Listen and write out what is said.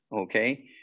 okay